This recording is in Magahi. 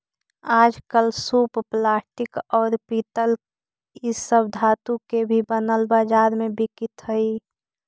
आजकल सूप प्लास्टिक, औउर पीतल इ सब धातु के भी बनल बाजार में बिकित हई